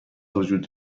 وجود